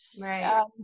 Right